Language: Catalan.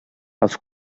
els